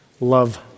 love